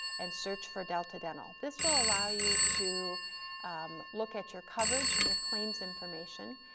and search for delta dental. this will allow you to look at your coverage and your claims information,